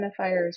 identifiers